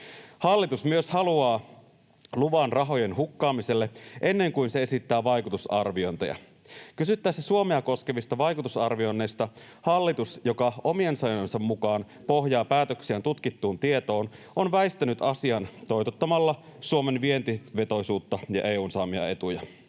Hallitus myös haluaa luvan rahojen hukkaamiselle ennen kuin se esittää vaikutusarviointeja. Kysyttäessä Suomea koskevista vaikutusarvioinneista hallitus, joka omien sanojensa mukaan pohjaa päätöksiään tutkittuun tietoon, on väistänyt asian toitottamalla Suomen vientivetoisuutta ja EU:n saamia etuja.